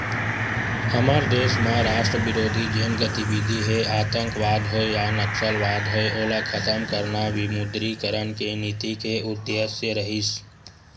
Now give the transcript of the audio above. हमर देस म राष्ट्रबिरोधी जेन गतिबिधि हे आंतकवाद होय या नक्सलवाद होय ओला खतम करना विमुद्रीकरन के नीति के उद्देश्य रिहिस